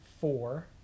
four